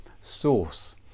source